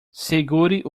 segure